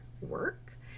work